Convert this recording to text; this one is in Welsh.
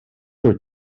wyt